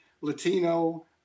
Latino